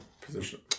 position